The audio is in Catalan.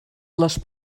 les